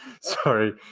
sorry